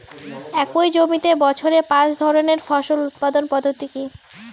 একই জমিতে বছরে পাঁচ ধরনের ফসল উৎপাদন পদ্ধতি কী?